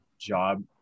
job